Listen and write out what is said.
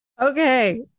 Okay